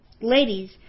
ladies